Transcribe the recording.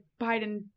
Biden